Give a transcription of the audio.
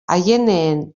aieneen